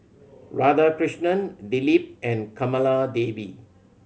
Radhakrishnan Dilip and Kamaladevi